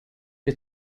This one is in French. les